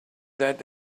that